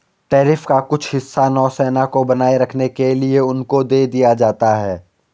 tariff का कुछ हिस्सा नौसेना को बनाए रखने के लिए उनको दे दिया जाता है